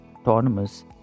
autonomous